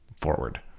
forward